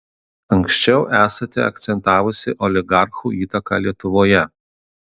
anksčiau esate akcentavusi oligarchų įtaką lietuvoje